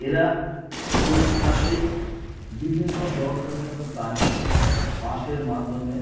এরা প্রতি মাসেই বিভিন্ন দর্শনীয় স্তানে বাসের মাধ্যমে